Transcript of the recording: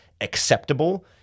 acceptable